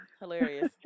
hilarious